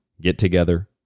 get-together